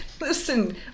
listen